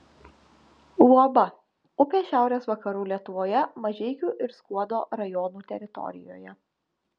luoba upė šiaurės vakarų lietuvoje mažeikių ir skuodo rajonų teritorijoje